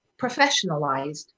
professionalized